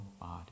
body